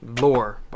lore